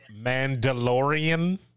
Mandalorian